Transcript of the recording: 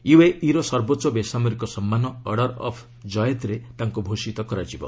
ୟୁଏଇର ସର୍ବୋଚ୍ଚ ବେସାମରିକ ସମ୍ମାନ 'ଅର୍ଡର ଅଫ୍ ଜଏଦ୍'ରେ ତାଙ୍କୁ ଭୂଷିତ କରାଯିବ